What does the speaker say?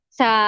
sa